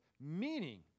meaning